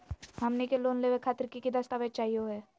हमनी के लोन लेवे खातीर की की दस्तावेज चाहीयो हो?